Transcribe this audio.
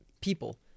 people